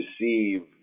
receive